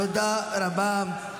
תודה רבה.